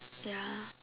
ya